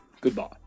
Goodbye